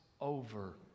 over